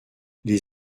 les